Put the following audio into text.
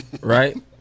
Right